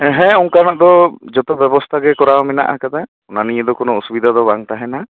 ᱦᱮᱸ ᱚᱱᱠᱟᱱᱟ ᱫᱚ ᱡᱚᱛᱚ ᱵᱮᱵᱚᱥᱛᱷᱟ ᱜᱮ ᱠᱚᱨᱟᱣ ᱢᱮᱱᱟᱜ ᱟᱠᱟᱫᱟ ᱚᱱᱟ ᱱᱤᱭᱟᱹ ᱫᱚ ᱠᱳᱱᱳ ᱚᱥᱩᱵᱤᱫᱷᱟ ᱫᱚ ᱵᱟᱝ ᱛᱟᱦᱮᱸᱱᱟ